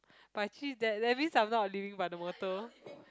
but actually that that means I'm not living by the motto